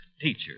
teacher